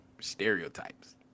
stereotypes